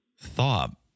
thought